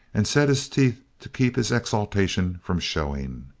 and set his teeth to keep his exultation from showing.